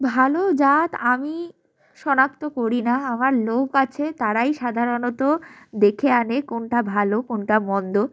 ভালো জাত আমি শনাক্ত করি না আমার লোক আছে তারাই সাধারণত দেখে আনে কোনটা ভালো কোনটা মন্দ